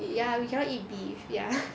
ya we cannot eat beef ya